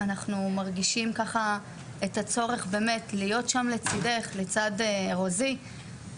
אנחנו מרגישי ככה את הצורך להיות שם לצידך ולצד רוזי.."